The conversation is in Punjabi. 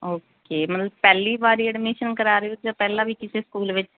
ਓਕੇ ਮਤਲਬ ਪਹਿਲੀ ਵਾਰੀ ਅਡਮੀਸ਼ਨ ਕਰਾ ਰਹੇ ਹੋ ਜਾਂ ਪਹਿਲਾਂ ਵੀ ਕਿਸੇ ਸਕੂਲ ਵਿੱਚ